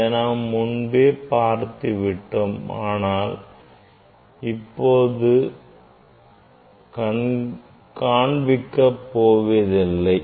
இதை நாம் முன்பே பார்த்துவிட்டோம் அதனால் இப்போது காண்பிக்கப் போவதில்லை